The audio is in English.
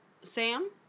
Sam